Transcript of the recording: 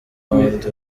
wundi